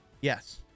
Yes